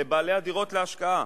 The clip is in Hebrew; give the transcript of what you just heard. לבעלי הדירות להשקעה,